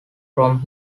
from